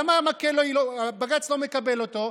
למה המקל, בג"ץ לא מקבל אותו?